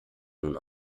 nun